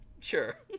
sure